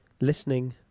listening